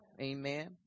Amen